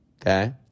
Okay